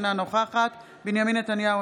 אינה נוכחת בנימין נתניהו,